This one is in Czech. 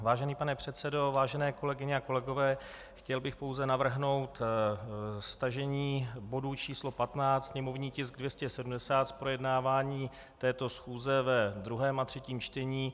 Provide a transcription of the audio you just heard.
Vážený pane předsedo, vážené kolegyně a kolegové, chtěl bych pouze navrhnout stažení bodu č. 15, sněmovní tisk 270, z projednávání této schůze ve druhém a třetím čtení.